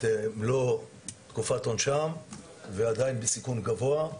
מלוא תקופת עונשם ועדיין נמצאים בסיכון גבוה,